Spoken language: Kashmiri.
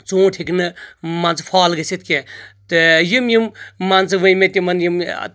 ژونٛٹھ ہیٚکہِ نہٕ مان ژٕ فال گٔژھِتھ کینٛہہ تہٕ یِم یِم مان ژٕ ؤنۍ مےٚ تِمن یِم